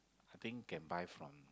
I think can buy from